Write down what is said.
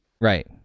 Right